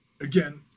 Again